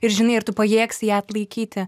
ir žinai ar tu pajėgsi ją atlaikyti